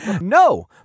No